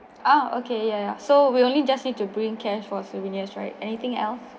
ah okay yeah so we only just need to bring cash for souvenirs right anything else